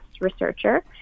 researcher